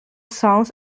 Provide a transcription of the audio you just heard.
songs